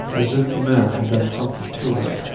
as if the man had done something to her.